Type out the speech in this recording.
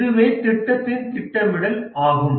இதுவே திட்டத்தின் திட்டமிடல் ஆகும்